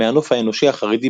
מהנוף האנושי החרדי,